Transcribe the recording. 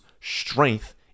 strength